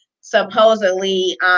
supposedly